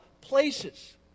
places